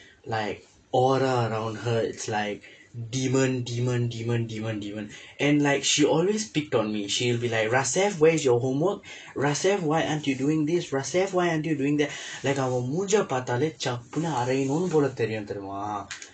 like aura around her it's like demon demon demon demon demon and like she always picked on me she'll be like rasef where is your homework rasef why aren't you doing this rasef why aren't you doing that like அவளுடைய முகத்தை பார்த்தாலே சப்புன்னு அறையணும் போல தெரியும் தெரியுமா:avaludaiya mukaththai paarththaalee sappunnu araiyanum poola theriyum theryumaa